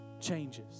changes